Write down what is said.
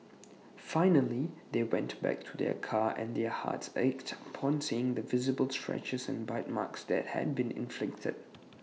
finally they went back to their car and their hearts ached upon seeing the visible scratches and bite marks that had been inflicted